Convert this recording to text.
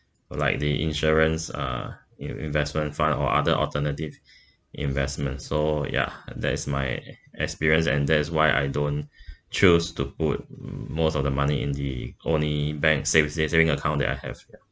like the insurance uh in~ investment fund or other alternative investments so ya that is my experience and that is why I don't choose to put mm most of the money in the only bank sav~ saving account that I have